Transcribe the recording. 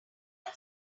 out